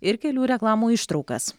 ir kelių reklamų ištraukas